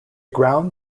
ground